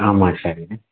आम् आचार्य